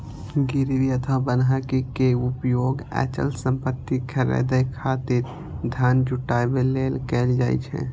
गिरवी अथवा बन्हकी के उपयोग अचल संपत्ति खरीदै खातिर धन जुटाबै लेल कैल जाइ छै